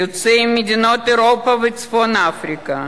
יוצאי מדינות אירופה וצפון-אפריקה,